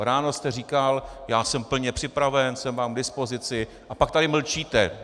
Ráno jste říkal: Já jsem plně připraven, jsem vám k dispozici, a pak tady mlčíte.